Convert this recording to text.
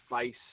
face